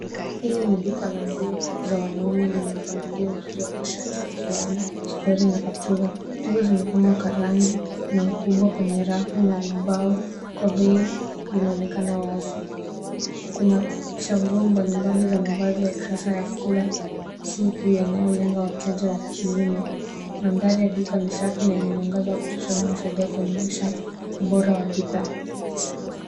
Hili ni duka la nguo za wanaume lenye mpangilio mzuri wa mashati, fulana, suruali na kaptula. Nguo zimepangwa kwa rangi na ukubwa kwenye rafu na vibao kwa bei zinaonekana wazi. Kuna chaguo mbalimbali za mavazi ya kisasa ya kila siku yanayolenga wateja wa kiume. Mandhari ya duka ni safi na yenye mwangaza wa kutosha unaosaidia kuimarisha ubora wa bidhaa.